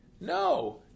No